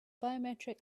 biometric